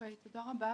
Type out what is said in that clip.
תודה רבה